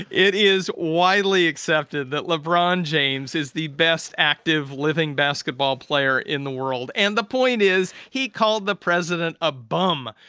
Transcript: it is widely accepted that lebron james is the best active, living basketball player in the world. and the point is he called the president a bum.